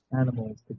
animals